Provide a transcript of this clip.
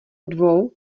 dvou